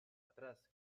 atrás